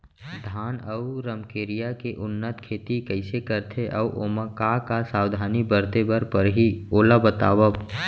धान अऊ रमकेरिया के उन्नत खेती कइसे करथे अऊ ओमा का का सावधानी बरते बर परहि ओला बतावव?